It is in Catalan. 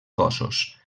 cossos